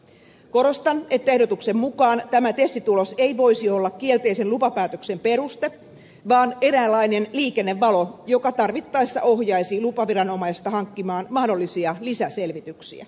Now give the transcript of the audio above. korostan että ehdotuksen mukaan tämä testitulos ei voisi olla kielteisen lupapäätöksen peruste vaan eräänlainen liikennevalo joka tarvittaessa ohjaisi lupaviranomaista hankkimaan mahdollisia lisäselvityksiä